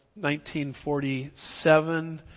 1947